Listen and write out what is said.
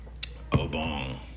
Obong